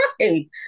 right